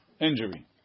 injury